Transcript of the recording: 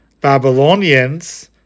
Babylonians